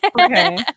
Okay